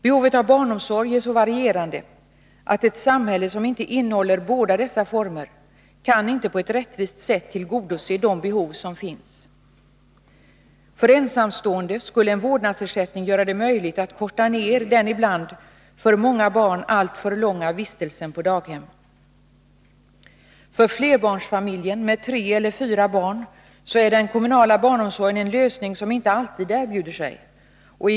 Behovet av barnomsorg är så varierande att ett samhälle som inte erbjuder båda dessa former inte på ett rättvist sätt kan tillgodose de behov som föreligger. För ensamstående skulle det tack vare vårdnadsersättningen bli möjligt att korta ned den för många barn ibland alltför långa vistelsen på daghem. För flerbarnsfamiljen med tre eller fyra barn är den kommunala barnomsorgen en lösning som inte alltid står till buds.